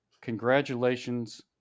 congratulations